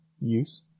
use